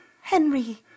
Henry